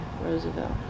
Roosevelt